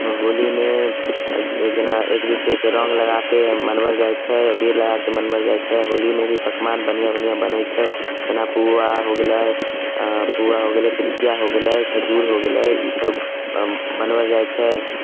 होलीमे जेना एक दूसरेके रङ्ग लगाके मनाओल जाइत छै अबीर लगाके मनाओल जाइत छै होलीमे भी पकमान बढ़िआँ बढ़िआँ छै जेना पूआ हो गेलय पूआ हो गेलै पिरिकिआ हो गेलै खजुर हो गेलै ई सब बनाओल जाइत छै